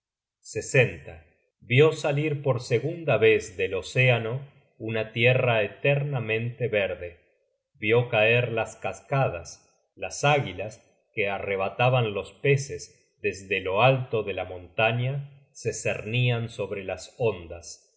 mismo vió salir por segunda vez del océano una tierra eternamente verde vió caer las cascadas las águilas que arrebataban los peces desde lo alto de la montaña se cernian sobre las ondas